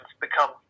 become